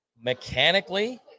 mechanically